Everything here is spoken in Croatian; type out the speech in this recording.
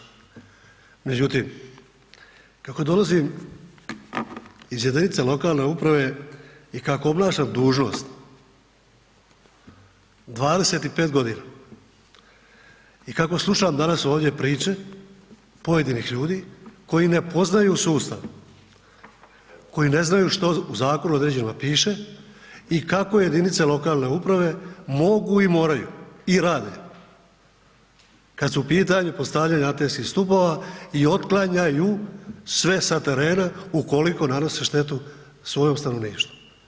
Međutim kako dolazim iz jedinice lokalne uprave i kako obnašam dužnost 25 godina i kako slušam danas ovdje priče pojedinih ljudi koji ne poznaju sustav, koji ne znaju u zakonu određenima piše i kako jedinice lokalne uprave mogu i moraju i rade kad su u pitanju postavljanje antenskih stupova i otklanjaju sve sa terena ukoliko nanose štetu svojem stanovništvu.